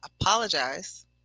apologize